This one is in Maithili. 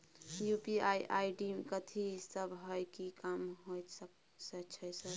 यु.पी.आई आई.डी कथि सब हय कि काम होय छय सर?